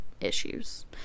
issues